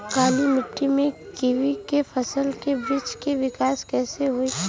काली मिट्टी में कीवी के फल के बृछ के विकास कइसे होई?